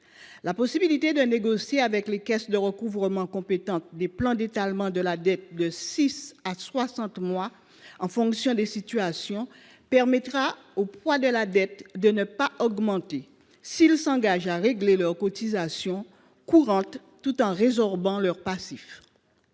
La possibilité de négocier avec les caisses de recouvrement compétentes des plans d’étalement de la dette de six à soixante mois en fonction des situations permettra de ne pas augmenter le poids de la dette si les cotisants ultramarins s’engagent à régler leurs cotisations courantes tout en résorbant leur passif.